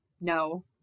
No